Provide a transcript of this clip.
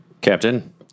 Captain